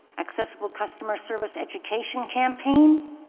accessible customer service education campaign,